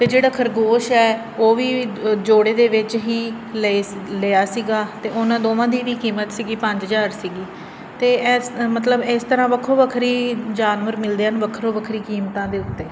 ਅਤੇ ਜਿਹੜਾ ਖਰਗੋਸ਼ ਹੈ ਉਹ ਵੀ ਜੋੜੇ ਦੇ ਵਿੱਚ ਹੀ ਲਏ ਸੀ ਲਿਆ ਸੀਗਾ ਅਤੇ ਉਹਨਾਂ ਦੋਵਾਂ ਦੀ ਜਿਹੜੀ ਕੀਮਤ ਸੀਗੀ ਪੰਜ ਹਜ਼ਾਰ ਸੀਗੀ ਅਤੇ ਇਸ ਮਤਲਬ ਇਸ ਤਰ੍ਹਾਂ ਵੱਖੋ ਵੱਖਰੇ ਜਾਨਵਰ ਮਿਲਦੇ ਹਨ ਵੱਖਰੋ ਵੱਖਰੀ ਕੀਮਤਾਂ ਦੇ ਉੱਤੇ